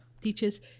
teachers